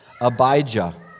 Abijah